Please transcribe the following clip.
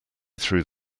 through